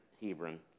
Hebron